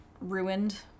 ruined